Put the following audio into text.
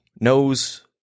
knows